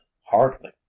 hardly